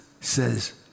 says